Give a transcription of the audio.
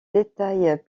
détails